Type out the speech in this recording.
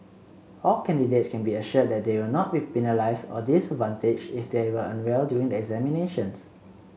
all candidates can be assured that they will not be penalised or disadvantaged if they were unwell during the examinations